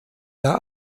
der